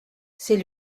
c’est